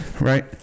right